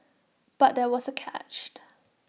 but there was A catch